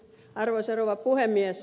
arvoisa rouva puhemies